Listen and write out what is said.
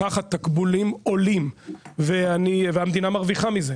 ככה תקבולים עולים והמדינה מרוויחה מזה,